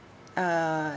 uh